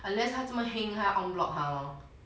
unless 他这么 heng 他要 en bloc 他 lor